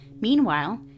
Meanwhile